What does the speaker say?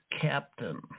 captain